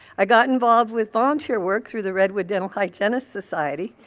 i got involved with volunteer work through the redwood dental hygienists' society,